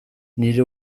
nire